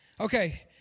Okay